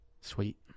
sweet